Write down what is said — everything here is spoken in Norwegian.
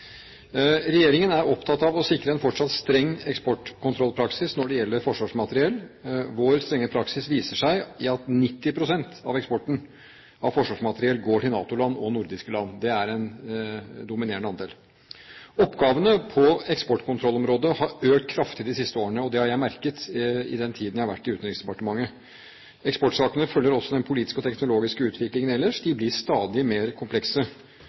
Regjeringen er opptatt av å sikre en fortsatt streng eksportkontrollpraksis når det gjelder forsvarsmateriell. Vår strenge praksis viser seg ved at 90 pst. av eksporten av forsvarsmateriell går til NATO-land og nordiske land. Det er en dominerende andel. Oppgavene på eksportkontrollområdet har økt kraftig de siste årene, og det har jeg merket i den tiden jeg har vært i Utenriksdepartementet. Eksportsakene følger også den politiske og teknologiske utviklingen ellers; de blir stadig mer komplekse.